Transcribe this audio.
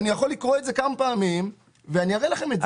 אני יכול לקרוא את זה כמה פעמים ואני אראה לכם.